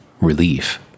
relief